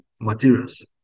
materials